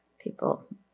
People